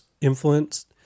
influenced